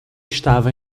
estava